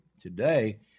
today